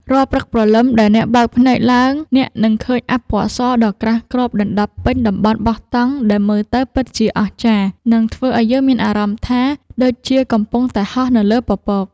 រាល់ព្រឹកព្រលឹមដែលអ្នកបើកភ្នែកឡើងអ្នកនឹងឃើញអ័ព្ទពណ៌សដ៏ក្រាស់គ្របដណ្ដប់ពេញតំបន់បោះតង់ដែលមើលទៅពិតជាអស្ចារ្យ និង ធ្វើឱ្យយើងមានអារម្មណ៍ថាដូចជាកំពុងតែហោះនៅលើពពក។